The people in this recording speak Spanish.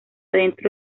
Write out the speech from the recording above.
dentro